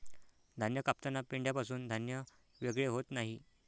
धान्य कापताना पेंढ्यापासून धान्य वेगळे होत नाही